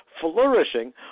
flourishing